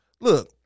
Look